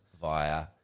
Via –